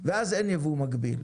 ואז אין ייבוא מקביל.